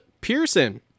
Pearson